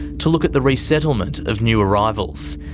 to look at the resettlement of new arrivals.